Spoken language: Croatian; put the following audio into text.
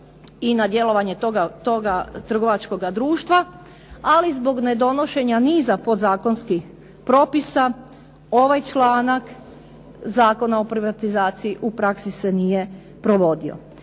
i na djelovanje toga trgovačkoga društva, ali zbog nedonošenja niza podzakonskih propisa ovaj članak Zakona o privatizaciji u praksi se nije provodio.